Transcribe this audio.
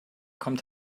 kommt